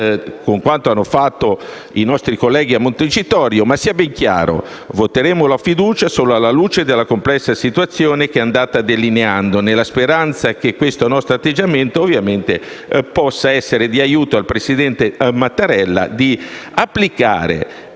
con quanto hanno fatto i nostri colleghi a Montecitorio. Sia ben chiaro, però, che voteremo la fiducia solo alla luce della complessa situazione che si è andata delineando, nella speranza che questo nostro atteggiamento possa essere d'aiuto al presidente Mattarella nell'applicare